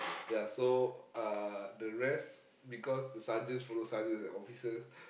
ya so uh the rest because the sergeants follow sergeants and officers